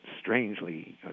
strangely